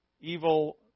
Evil